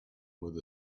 with